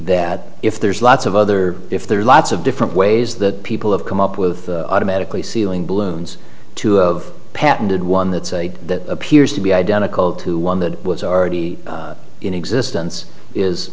that if there's lots of other if there are lots of different ways that people have come up with automatically sealing balloons two of patented one that say that appears to be identical to one that was already in existence is